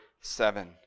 seven